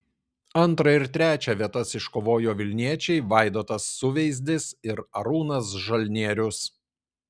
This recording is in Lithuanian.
antrą ir trečią vietas iškovojo vilniečiai vaidotas suveizdis ir arūnas žalnierius